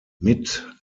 mit